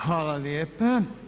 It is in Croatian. Hvala lijepa.